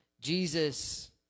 Jesus